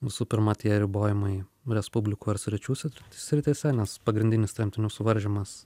visų pirma tie ribojimai respublikų ar sričių si srityse nes pagrindinis tremtinių suvaržymas